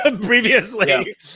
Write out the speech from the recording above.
previously